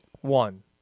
One